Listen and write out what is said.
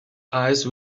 eyes